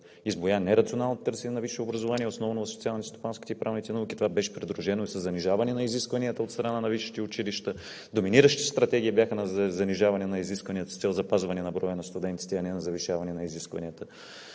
избуя нерационалното търсене на висше образование основно в социалните, стопанските и правните науки. Това беше придружено и със занижаване на изискванията от страна на висшите училища. Доминиращи стратегии бяха занижаване на изискванията с цел запазване броя на студентите, а не на завишаване на изискванията.